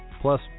plus